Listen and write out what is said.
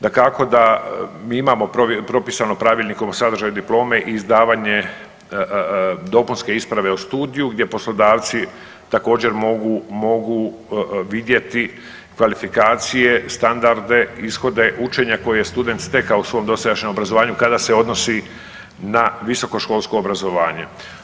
Dakako da mi imamo propisano pravilnikom sadržaj diplome i izdavanje dopunske isprave o studiju gdje poslodavci također mogu, mogu vidjeti kvalifikacije, standarde, ishode učenja koje je student stekao u svom dosadašnjem obrazovanju kada se odnosi na visokoškolsko obrazovanje.